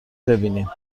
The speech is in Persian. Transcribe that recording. ببینیم